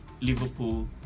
Liverpool